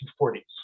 1940s